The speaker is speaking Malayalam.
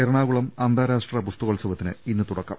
എറണാകുളം അന്താരാഷ്ട്ര പുസ്തകോത്സവത്തിന് ഇന്ന് തുടക്കം